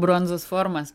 bronzos formos